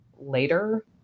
later